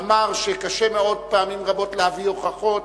אמר שקשה מאוד פעמים רבות להביא הוכחות.